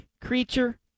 creature